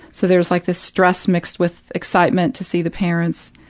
so there's like this stress mixed with excitement to see the parents,